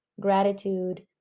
gratitude